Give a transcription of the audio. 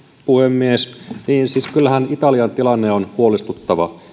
puhemies kyllähän italian tilanne on huolestuttava